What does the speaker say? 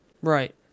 Right